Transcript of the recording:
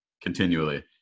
continually